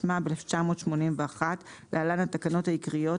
התשמ"ב-1981 (להלן - התקנות העיקריות),